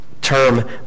term